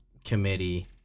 committee